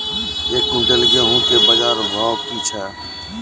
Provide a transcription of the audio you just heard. एक क्विंटल गेहूँ के बाजार भाव की छ?